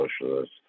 socialist